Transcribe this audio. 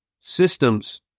Systems